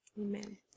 amen